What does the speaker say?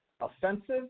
offensive